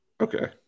Okay